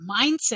Mindset